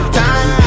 time